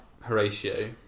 Horatio